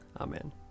Amen